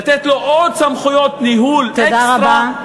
לתת לו עוד סמכויות ניהול אקסטרה,